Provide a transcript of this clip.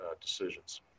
decisions